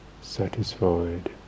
satisfied